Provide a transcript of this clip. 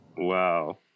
Wow